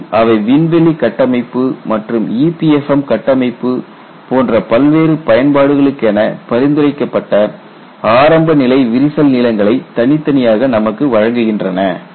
மேலும் அவை விண்வெளி கட்டமைப்பு மற்றும் EPFM கட்டமைப்பு போன்ற பல்வேறு பயன்பாடுகளுக்கென பரிந்துரைக்கப்பட்ட ஆரம்ப நிலை விரிசல் நீளங்களை தனித்தனியாக நமக்கு வழங்குகின்றன